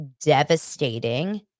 devastating